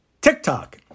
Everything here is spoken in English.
TikTok